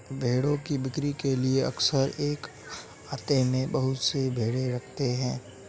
भेंड़ की बिक्री के लिए अक्सर एक आहते में बहुत से भेंड़ रखे रहते हैं